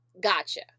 Gotcha